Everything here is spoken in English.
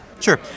Sure